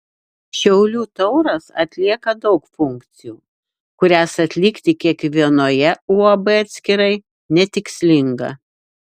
šiaulių tauras atlieka daug funkcijų kurias atlikti kiekvienoje uab atskirai netikslinga